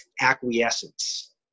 acquiescence